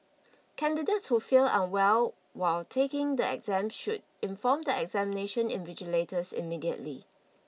candidates who feel unwell while taking the exam should inform the examination invigilators immediately